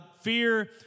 Fear